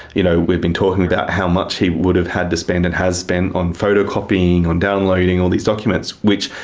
you know we've been talking about how much he would have had to spend and has spent on photocopying, on downloading all these documents which.